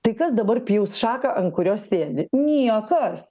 tai kas dabar pjaus šaką ant kurios sėdi niekas